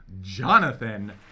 Jonathan